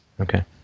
Okay